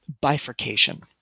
bifurcation